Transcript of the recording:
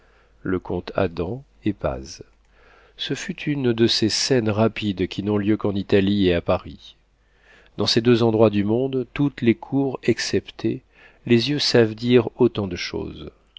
le comte adam et paz ce fut une de ces scènes rapides qui n'ont lieu qu'en italie et à paris dans ces deux endroits du monde toutes les cours exceptées les yeux savent dire autant de choses